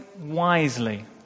wisely